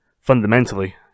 fundamentally